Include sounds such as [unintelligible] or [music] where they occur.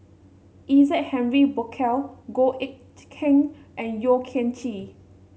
Isaac Henry Burkill Goh Eck [unintelligible] Kheng and Yeo Kian Chye